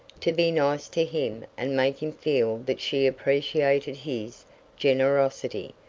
to be nice to him and make him feel that she appreciated his generosity,